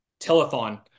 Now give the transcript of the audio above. telethon